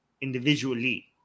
individually